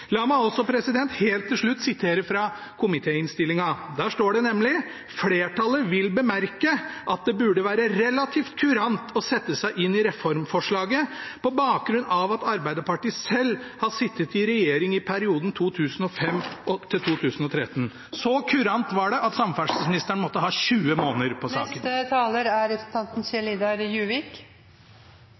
La meg også helt til slutt sitere fra komitéinnstillingen. Der står det nemlig: «Flertallet vil bemerke at det burde være relativt kurant å sette seg inn i reformforslaget på bakgrunn av at Arbeiderpartiet selv har sittet i regjering i perioden 2005–2013.» Så kurant var det at samferdselsministeren måtte ha 20 måneder på